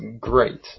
great